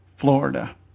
Florida